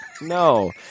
No